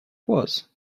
was